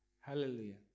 Hallelujah